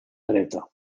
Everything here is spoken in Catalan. dreta